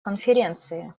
конференции